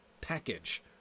package